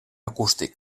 acústic